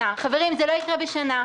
חברים, זה לא יקרה בשנה.